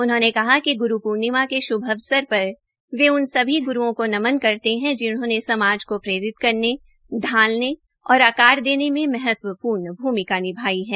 उन्होंने कहा कि ग्रू पूर्णिमा के अवसर वे सभी गुरूओं को नमन करते है जिन्होंने समाज को प्रेरित करने ढालने और आकार देने में महत्वपूर्ण निभाई है